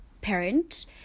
parent